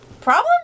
Problem